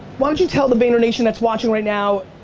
why don't you tell the vayner nation that's watching right now,